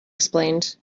explained